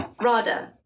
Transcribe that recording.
RADA